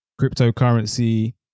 cryptocurrency